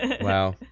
Wow